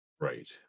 Right